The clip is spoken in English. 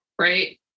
right